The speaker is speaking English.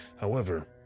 However